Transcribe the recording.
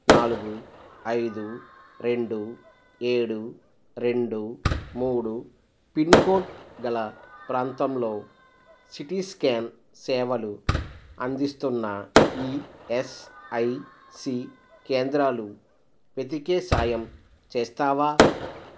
నాలుగు ఐదు రెండు ఏడు రెండు మూడు పిన్కోడ్ గల ప్రాంతంలో సిటీ స్కాన్ సేవలు అందిస్తున్న ఇయస్ఐసి కేంద్రాలు వెతికే సాయం చేస్తావా